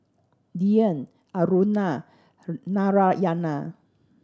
Dhyan Aruna and Narayana